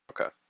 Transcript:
Okay